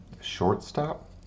Shortstop